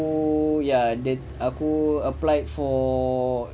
aku ya aku applied for